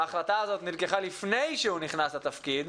ההחלטה הזו נלקחה לפני שהוא נכנס לתפקיד,